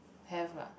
have lah